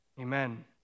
Amen